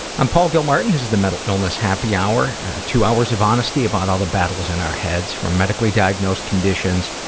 i'm paul gilmartin. this is the mental illness happy hour two hours of honesty about all the battles in our heads from medically diagnosed conditions,